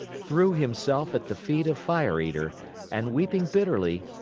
threw himself at the feet of fire eater and, weeping bitterly,